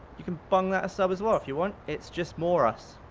you can bung that a sub as well if you want. it's just more us,